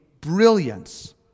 brilliance